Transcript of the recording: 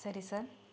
சரி சார்